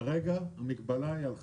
כרגע המגבלה היא על חמישה.